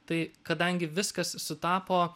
tai kadangi viskas sutapo